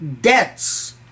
debts